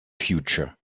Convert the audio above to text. future